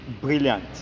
brilliant